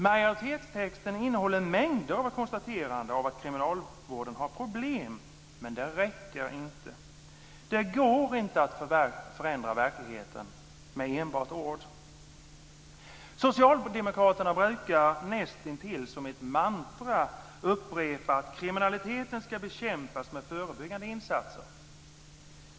Majoritetstexten innehåller mängder av konstateranden om att kriminalvården har problem, men det räcker inte. Det går inte att förändra verkligheten enbart med ord. Socialdemokraterna brukar nästintill som ett mantra upprepa att kriminaliteten ska bekämpas med förebyggande insatser.